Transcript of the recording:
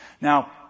Now